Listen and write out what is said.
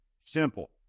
Simple